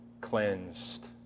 cleansed